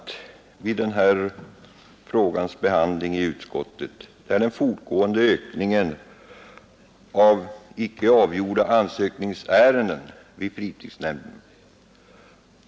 Vid frågans behandling i utskottet har vi uppmärksammat den fortgående ökningen av antalet icke avgjorda ansökningsärenden vid vapenfrinämnden.